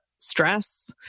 stress